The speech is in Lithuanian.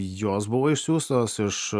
jos buvo išsiųstos iš